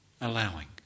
allowing